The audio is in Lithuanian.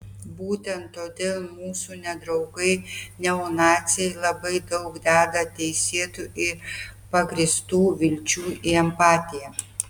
būtent todėl mūsų nedraugai neonaciai labai daug deda teisėtų ir pagrįstų vilčių į empatiją